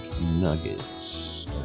nuggets